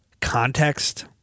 context